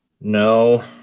no